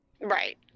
Right